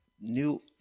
new